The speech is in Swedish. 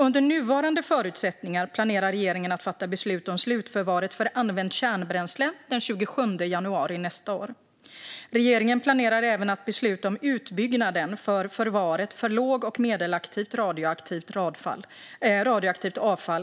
Under nuvarande förutsättningar planerar regeringen att fatta beslut om slutförvaret för använt kärnbränsle den 27 januari nästa år. Regeringen planerar även att besluta om utbyggnaden av förvaret för låg och medelaktivt radioaktivt avfall, SFR, redan den 22 december i år.